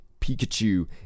Pikachu